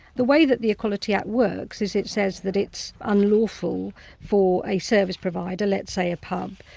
the way that the equality act works is it says that it's unlawful for a service provider, let's say a pub,